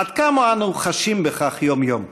עד כמה אנו חשים בכך יום-יום?